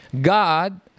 God